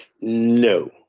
No